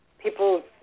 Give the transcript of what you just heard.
people